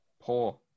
poor